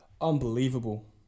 Unbelievable